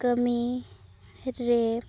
ᱠᱟᱹᱢᱤ ᱨᱮ